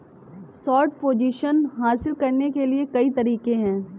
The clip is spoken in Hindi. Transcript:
शॉर्ट पोजीशन हासिल करने के कई तरीके हैं